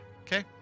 Okay